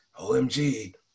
OMG